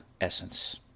essence